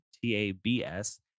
T-A-B-S